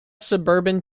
suburban